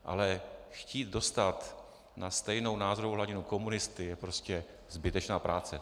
Ale chtít dostat na stejnou názorovou hladinu komunisty je prostě zbytečná práce.